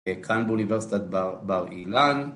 כאן באוניברסיטת בר אילן